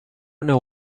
know